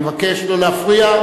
אני מבקש לא להפריע,